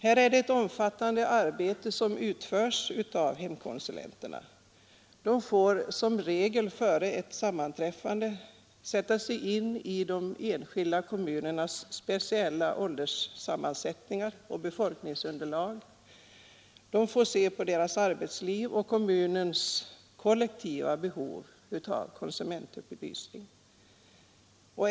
Här är det ett omfattande arbete som utförts av hemkonsulenterna. De får som regel före ett sammanträffande sätta sig in i de enskilda kommunernas speciella ålderssammansättning, befolkningsunderlag, ar betsliv och kollektiva behov av konsumentupplysning.